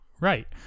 right